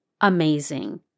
amazing